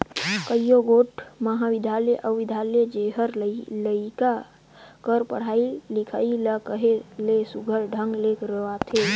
कइयो गोट महाबिद्यालय अउ बिद्यालय जेहर लरिका कर पढ़ई लिखई ल कहे ले सुग्घर ढंग ले करवाथे